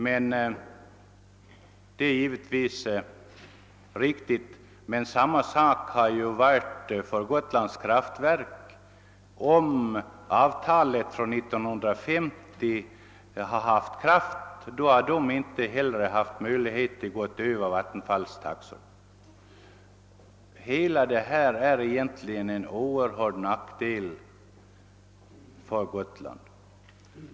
Detta är givetvis riktigt, men samma förhållande gäller naturligtvis också för Gotlands kraftverk. Om 1950 års avtal varit giltigt skulle Kraftverket inte heller haft möjligheter att överskrida Vattenfalls taxor. Allt detta är egentligen till oerhörd nackdel för Gotland.